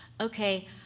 okay